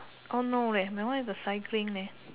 oh no leh my one is the cycling leh